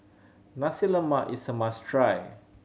Nasi Lemak is a must try